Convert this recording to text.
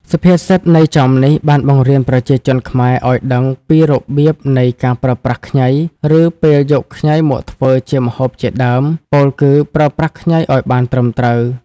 សុភាសិតន័យចំនេះបានបង្រៀនប្រជាជានខ្មែរឲ្យដឹងពីរបៀបនៃការប្រើប្រាស់ខ្ញី ឬពេលយកខ្ញីមកធ្វើជាម្ហូបជាដើម ពោលគឺប្រើប្រាស់ខ្ញីឲ្យបានត្រឹមត្រូវ។